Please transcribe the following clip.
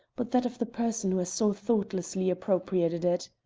but that of the person who has so thoughtlessly appropriated it.